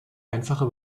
einfache